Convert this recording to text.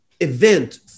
event